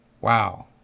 Wow